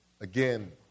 Again